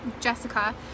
Jessica